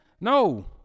No